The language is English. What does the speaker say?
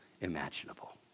imaginable